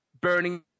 burning